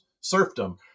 serfdom